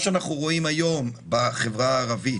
מה שאנחנו רואים היום בחברה הערבית,